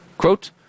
Quote